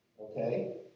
Okay